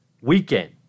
weekend